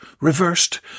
reversed